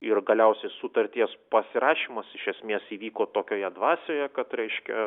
ir galiausiai sutarties pasirašymas iš esmės įvyko tokioje dvasioje kad reiškia